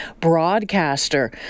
broadcaster